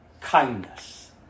kindness